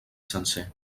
sencer